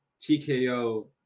TKO